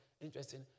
Interesting